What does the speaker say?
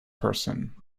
person